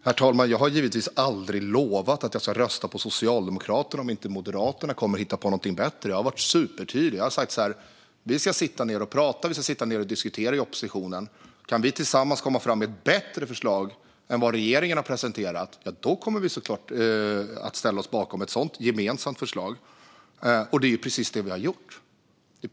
Herr talman! Jag har givetvis aldrig lovat att jag ska rösta på Socialdemokraternas förslag om inte Moderaterna hittar på någonting bättre. Jag har varit supertydlig. Jag har sagt: Vi ska sitta ned och prata och diskutera i oppositionen. Kan vi tillsammans komma fram med ett bättre förslag än vad regeringen har presenterat kommer vi såklart att ställa oss bakom ett sådant gemensamt förslag. Det är också precis det vi har gjort.